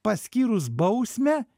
paskyrus bausmę